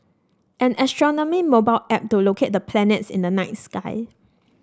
an astronomy mobile app to locate the planets in the night sky